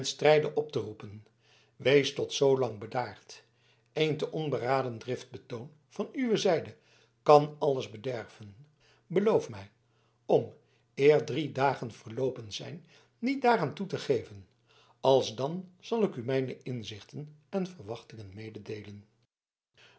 strijde op te roepen wees tot zoolang bedaard een te onberaden driftbetoon van uwe zijde kan alles bederven beloof mij om eer drie dagen verloopen zijn niet daaraan toe te geven alsdan zal ik u mijne inzichten en verwachtingen mededeelen